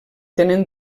tenen